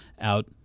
out